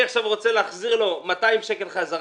מפקיד שלישי הפקיד 100,000 שקלים,